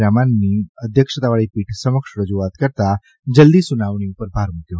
રામાનાની અધ્યક્ષતાવાળી પીઠ સમક્ષ રજૂઆત કરતાં જલદી સુનાવણી કરવા ઉપર ભાર મૂક્યો